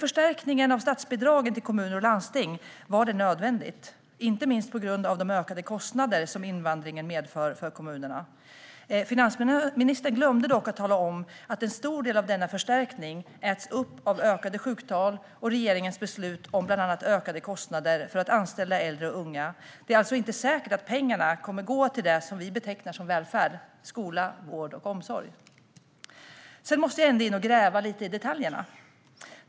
Förstärkningen av statsbidragen till kommuner och landsting var nödvändig, inte minst på grund av de ökade kostnader som invandringen medför för kommunerna. Finansministern glömde dock att tala om att en stor del av denna förstärkning äts upp av ökade sjuktal och regeringens beslut om bland annat ökade kostnader för att anställa äldre och unga. Det är alltså inte säkert att pengarna kommer att gå till det vi betecknar som välfärd: skola, vård och omsorg. Sedan måste jag ändå in och gräva lite i detaljerna.